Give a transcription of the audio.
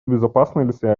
безопасности